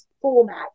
format